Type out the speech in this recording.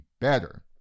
better